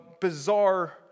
bizarre